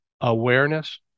Awareness